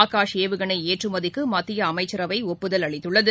ஆகாஷ் ஏவுகணை ஏற்றுமதிக்கு மத்திய அமைச்சரவை ஒப்புதல் அளித்துள்ளது